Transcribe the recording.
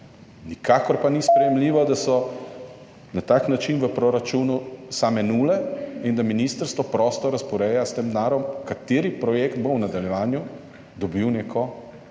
Nikakor pa ni sprejemljivo, da so na tak način v proračunu same nule in da ministrstvo prostor razporeja s tem denarjem, kateri projekt bo v nadaljevanju dobil neko